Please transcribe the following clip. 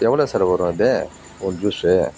எவ்வளோ சார் வரும் அது ஒரு ஜூஸு